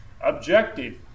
Objective